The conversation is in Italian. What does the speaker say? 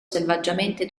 selvaggiamente